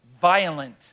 Violent